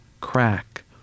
crack